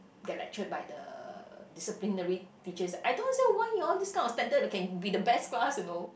get lectured by the disciplinary teachers I don't understand why you all this kind of standard can be the best class you know